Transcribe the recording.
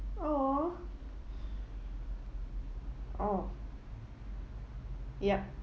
!aww! oh yup